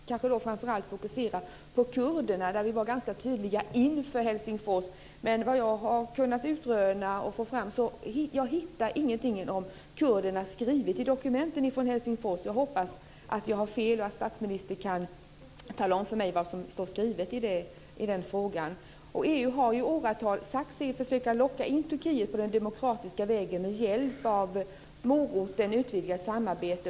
Fru talman! Jag har en fråga till statsministern som berör Turkiet. Jag vill fokusera framför allt på kurderna, där vi var ganska tydliga inför Helsingforsmötet. Men jag hittar ingenting om kurderna skrivet i dokumenten från Helsingfors. Jag hoppas att jag har fel och att statsministern kan tala om för mig vad som står skrivet om den frågan. EU har ju i åratal sagt sig försöka locka in Turkiet på den demokratiska vägen med hjälp av moroten, ett utvidgat samarbete.